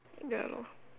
ya lah